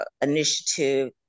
initiative